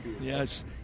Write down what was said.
Yes